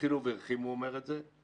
בדחילו ורחימו אומר את זה,